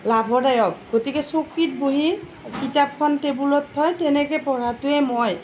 লাভদায়ক গতিকে চকীত বহি কিতাপখন টেবুলত থৈ তেনেকৈ পঢ়াটোহে মই